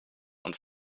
uns